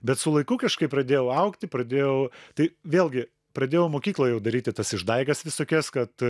bet su laiku kažkaip pradėjau augti pradėjau tai vėlgi pradėjau mokykloj jau daryti tas išdaigas visokias kad